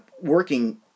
working